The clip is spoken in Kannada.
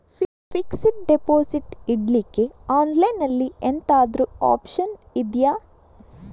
ಫಿಕ್ಸೆಡ್ ಡೆಪೋಸಿಟ್ ಇಡ್ಲಿಕ್ಕೆ ಆನ್ಲೈನ್ ಅಲ್ಲಿ ಎಂತಾದ್ರೂ ಒಪ್ಶನ್ ಇದ್ಯಾ?